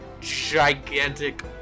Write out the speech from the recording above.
gigantic